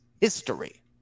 history